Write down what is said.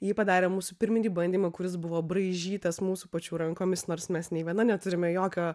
ji padarė mūsų pirminį bandymą kuris buvo braižytas mūsų pačių rankomis nors mes nei viena neturime jokio